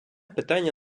питання